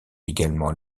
également